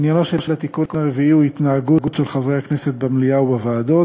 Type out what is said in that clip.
עניינו של התיקון הרביעי הוא התנהגות של חברי הכנסת במליאה ובוועדות,